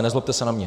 Nezlobte se na mě.